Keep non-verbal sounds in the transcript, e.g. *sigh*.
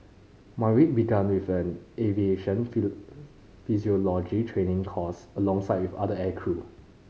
my week began with an aviation *unintelligible* physiology training course alongside with other aircrew